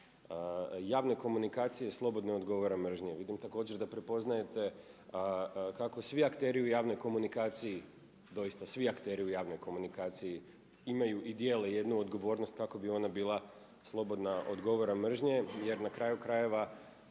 javne komunikacije slobodne od odgovora mržnje. Vidim također da prepoznajete kako svi akteri u javnoj komunikaciji doista svi akteri u javnoj komunikaciji imaju i dijele jednu odgovornost kako bi ona bila slobodna od govora mržnje. Jer na kraju krajeva